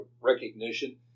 recognition